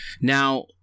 Now